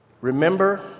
Remember